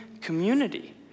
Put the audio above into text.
community